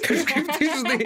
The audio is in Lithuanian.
kažkaip tai žinai